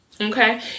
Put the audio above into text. Okay